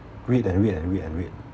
read and read and read and read